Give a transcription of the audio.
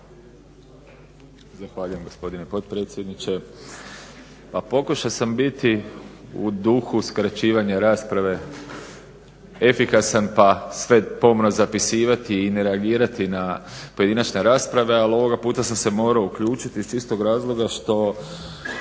Zahvaljujem gospodine potpredsjedniče. Pa pokušao sam biti u duhu skraćivanja rasprave efikasan pa sve pomno zapisivati i ne reagirati na pojedinačne rasprave ali ovog puta sam se morao uključiti iz čistog razloga što